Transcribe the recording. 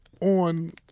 on